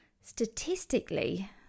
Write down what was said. statistically